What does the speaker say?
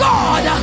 God